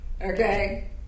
Okay